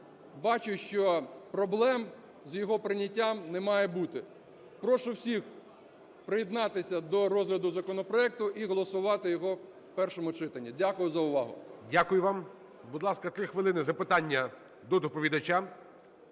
бачу, що проблем з його прийняттям не має бути. Прошу всіх приєднатися до розгляду законопроекту і голосувати його в першому читання. Дякую за увагу. ГОЛОВУЮЧИЙ. Дякую вам. Будь ласка, три хвилини, запитання до доповідача.